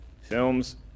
Films